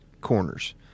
corners